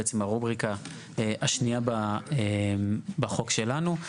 בעצם הרובריקה השנייה בחוק שלנו.